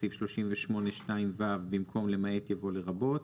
לסעיף 38(2ו) במקום "למעט" יבוא "לרבות",